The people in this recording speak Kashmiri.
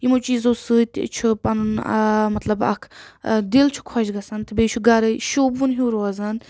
یِمو چیٖزو سۭتۍ چھُ پَنُن آ مطلب اکھ دِل چھُ خۄش گژھان تہٕ بیٚیہِ چھُ گرٕ شوٗبوُن ہیٚو روزان